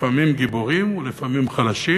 לפעמים גיבורים ולפעמים חלשים,